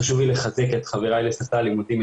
חשוב לי לחזק את חבריי לספסל הלימודים,